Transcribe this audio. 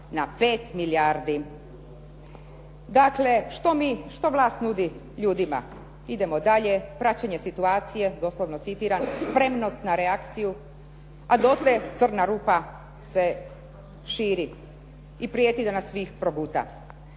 na 5 milijardi. Dakle, što vlast nudi ljudima? Idemo dalje, praćenje situacije, doslovno citiram "spremnost na reakciju", a dotle crna rupa se širi i prijeti da nas sve proguta.